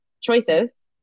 choices